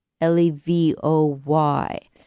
L-E-V-O-Y